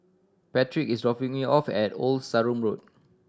Patrick is dropping me off at Old Sarum Road